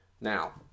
Now